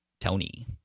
Tony